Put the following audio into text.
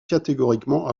catégoriquement